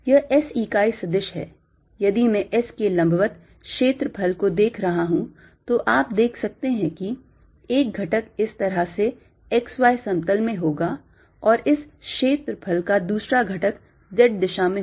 यह S इकाई सदिश है यदि मैं S के लंबवत क्षेत्रफल को देख रहा हूं तो आप देख सकते हैं कि एक घटक इस तरह से x y समतल में होगा और इस क्षेत्रफल का दूसरा घटक Z दिशा में होगा